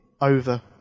over